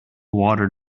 water